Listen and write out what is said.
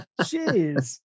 Jeez